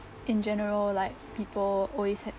in general like people always had